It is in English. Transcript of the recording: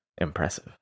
impressive